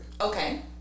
Okay